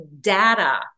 data